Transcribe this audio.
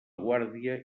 guàrdia